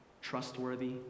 trustworthy